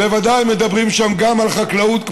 בוודאי מדברים שם גם על חקלאות.